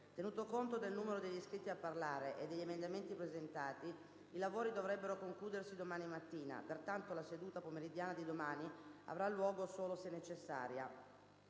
Tenuto conto del numero degli iscritti a parlare e degli emendamenti presentati, i lavori dovrebbero concludersi domani mattina. Pertanto la seduta pomeridiana di domani avrà luogo se necessaria.